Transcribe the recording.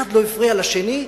אחד לא הפריע לשני.